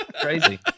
Crazy